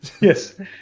Yes